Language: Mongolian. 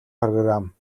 программ